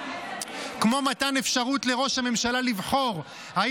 כמו מתן אפשרות לראש הממשלה לבחור אם